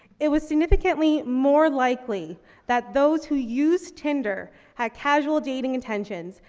it was significantly more likely that those who use tinder had casual dating intentions,